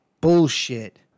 bullshit